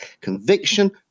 conviction